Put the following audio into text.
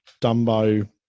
Dumbo